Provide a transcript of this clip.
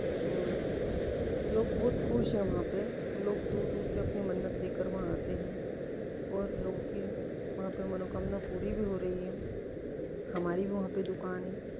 और लोग बहुत खुश हैं वहाँ पर लोग दूर दूर से अपनी मन्नत लेकर वहाँ आते हैं और लोगों की वहाँ पर मनोकामना पूरी भी हो रही है हमारी भी वहाँ पर दुकान है